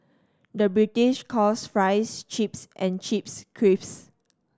the British calls fries chips and chips